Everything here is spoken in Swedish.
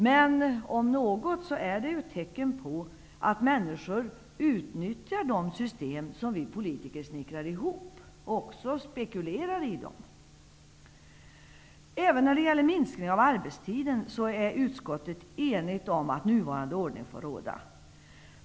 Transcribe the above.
Men om något är det ett tecken på att människor utnyttjar och spekulerar i de system som vi politiker snickrar ihop. Även när det gäller en minskning av arbetstiden är utskottet enigt om att nuvarande ordning får råda.